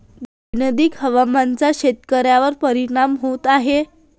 दैनंदिन हवामानाचा शेतकऱ्यांवर परिणाम होत आहे